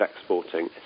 exporting